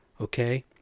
Okay